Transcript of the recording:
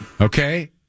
Okay